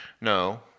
No